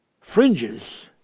fringes